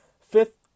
Fifth